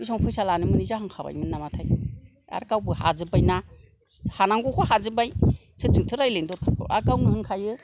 बे समाव फैसा लानो मोनै जाहांखाबायमोन नामाथाय आर गावबो हाजोबबाय ना हानांगौखौ हाजोबबाय सोरजोंथो रायलायनो दरखारबाव आर गावनो होनखायो